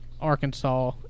Arkansas